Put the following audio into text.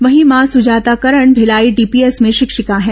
वहीं मां सुजाता करण भिलाई डीपीएस में शिक्षिका हैं